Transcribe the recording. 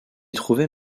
trouvait